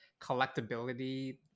collectability